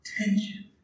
tension